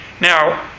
Now